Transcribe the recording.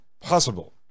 possible